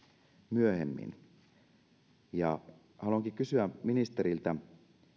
myöhemmin haluankin kysyä ministeriltä